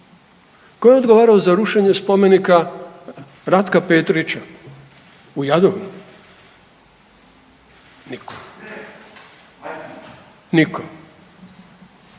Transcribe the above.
Tko je odgovarao za rušenje spomenika Ratka Petrića u Jadovnom? Nitko. Nitko.